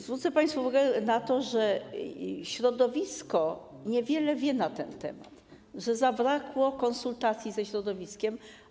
Zwrócę państwu uwagę na to, że środowisko niewiele wie na ten temat, że zabrakło konsultacji ze środowiskiem.